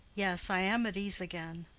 yes, i am at ease again.